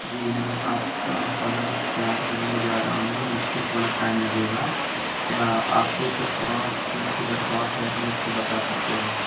جی میں آپ کا کھانا تیار کرنے جا رہا ہوں مجھ کو تھوڑا ٹائم لگے گا کیا آپ کو کچھ اور چیز کی درخواست ہے تو مجھ کو بتا سکتے ہیں